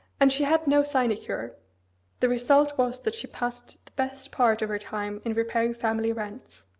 and she had no sinecure the result was that she passed the best part of her time in repairing family rents.